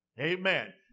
Amen